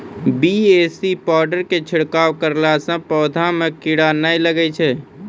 BAC powder के छिड़काव करला से पौधा मे कीड़ा नैय लागै छै?